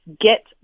Get